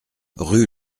rue